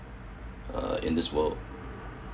uh in this world